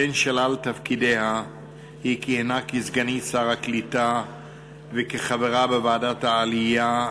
בין שלל תפקידיה היא כיהנה כסגנית שר הקליטה וכחברה בוועדת העלייה,